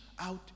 out